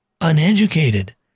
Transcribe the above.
uneducated